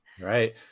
Right